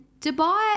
Dubai